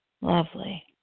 Lovely